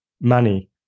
money